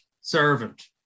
servant